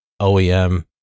OEM